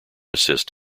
assist